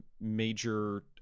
major